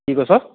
কি কৈছ